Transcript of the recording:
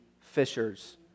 fishers